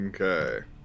Okay